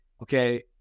okay